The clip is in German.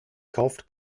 kauft